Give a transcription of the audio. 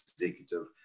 executive